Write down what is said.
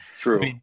True